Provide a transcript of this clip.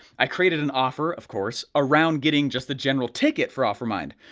i created an offer, of course, around getting just the general ticket for offermind.